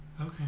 Okay